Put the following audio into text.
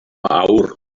awr